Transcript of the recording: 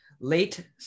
Late